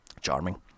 Charming